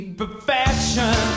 perfection